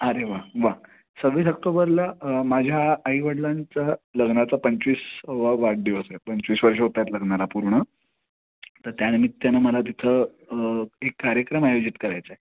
अरे वा वा सव्वीस अक्तोबरला माझ्या आई वडिलांचं लग्नाचा पंचविसावा वाढदिवस आहे पंचवीस वर्ष होत आहेत लग्नाला पूर्ण तर त्यानिमित्त्यानं मला तिथं एक कार्यक्रम आयोजित करायचा आहे